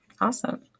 awesome